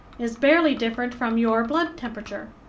is barely different from your blood temperature.